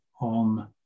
on